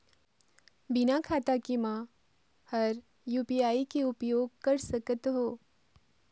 बिना खाता के म हर यू.पी.आई के उपयोग कर सकत हो?